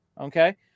okay